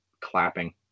clapping